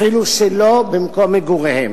אפילו שלא במקום מגוריהם.